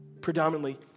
predominantly